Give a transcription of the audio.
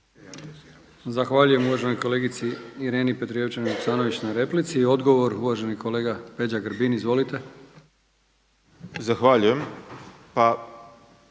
Zahvaljujem uvaženoj kolegici Ireni Petrijevčanin Vuksanović na replici. I odgovor uvaženi kolega Peđa Grbin. Izvolite. **Grbin,